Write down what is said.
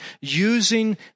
using